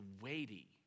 weighty